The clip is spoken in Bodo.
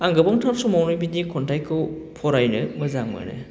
आं गोबांथार समावनि बिनि खन्थाइखौ फरायनो मोजां मोनो